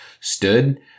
stood